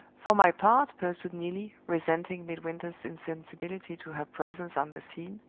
for my part, pursued neelie, resenting midwinter's insensibility to her presence on the scene,